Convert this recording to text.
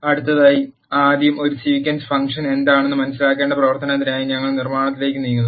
അടുത്തതായി ആദ്യം ഒരു സീക്വൻസ് ഫംഗ്ഷൻ എന്താണെന്ന് മനസിലാക്കേണ്ട പ്രവർത്തനത്തിനായി ഞങ്ങൾ നിർമ്മാണത്തിലേക്ക് നീങ്ങുന്നു